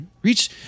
Reach